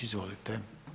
Izvolite.